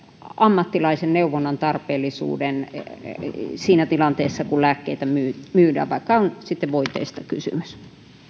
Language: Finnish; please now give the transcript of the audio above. ammattilaisen neuvonnan tarpeellisuuden siinä tilanteessa kun lääkkeitä myydään vaikka on sitten voiteista kysymys